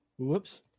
Whoops